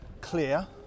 Clear